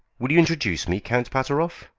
will you introduce me, count pateroff?